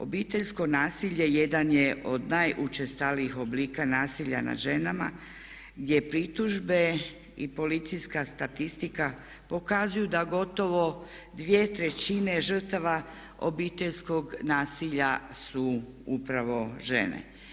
Obiteljsko nasilje jedan je od najučestalijih oblika nasilja nad ženama gdje pritužbe i policijska statistika pokazuju da gotovo dvije trećine žrtava obiteljskog nasilja su upravo žene.